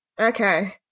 Okay